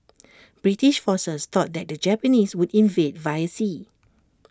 British forces thought that the Japanese would invade via sea